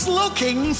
looking